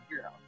girl